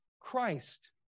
Christ